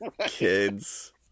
Kids